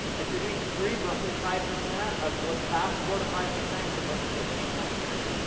if you're doing free, roughly five percent of most saas, four to five percent converted to paying customers.